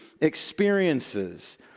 experiences